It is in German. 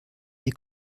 die